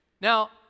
Now